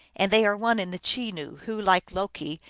and they are one in the chenoo, who, like loki,